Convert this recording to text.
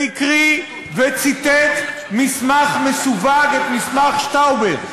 הדליף, והקריא, וציטט מסמך מסווג, את מסמך שטאובר.